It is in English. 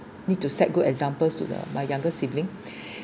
need to set good examples to the my younger sibling